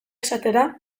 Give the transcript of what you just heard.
esatera